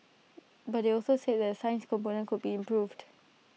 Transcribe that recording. but they also said the science component could be improved